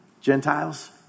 gentiles